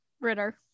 Ritter